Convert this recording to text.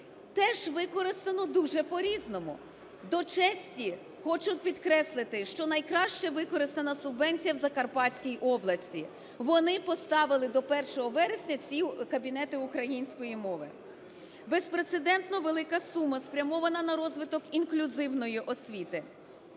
Теж використано дуже по-різному. До честі хочу підкреслити, що найкраще використана субвенція в Закарпатській області, поставили до 1 вересня ці кабінети української мови. Безпрецедентно велика сума спрямована на розвиток інклюзивної освіти,